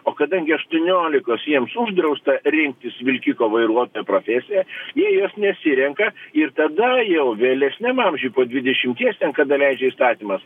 o kadangi aštuoniolikos jiems uždrausta rinktis vilkiko vairuotojo profesiją jie jos nesirenka ir tada jau vėlesniam amžiuj po dvidešimties ten kada leidžia įstatymas